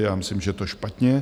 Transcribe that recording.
Já myslím, že je to špatně.